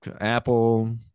Apple